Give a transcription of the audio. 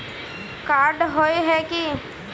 Card होय है की?